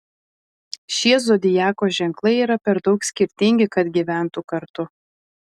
šie zodiako ženklai yra per daug skirtingi kad gyventų kartu